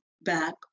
back